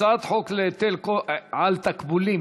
הצעת חוק להיטל על תקבולים